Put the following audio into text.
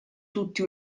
tutti